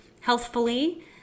healthfully